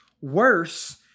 worse